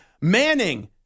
Manning